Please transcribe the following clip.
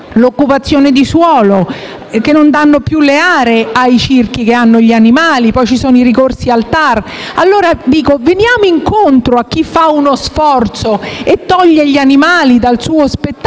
l'occupazione di suolo, che non danno le aree ai circhi che hanno animali. Poi ci sono i ricorsi al TAR. Pertanto, veniamo incontro a chi fa uno sforzo eliminando gli animali dal suo spettacolo,